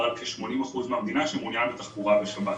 על כ-80% מהמדינה שמעוניין בתחבורה בשבת.